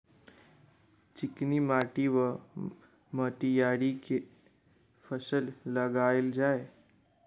चिकनी माटि वा मटीयारी मे केँ फसल लगाएल जाए?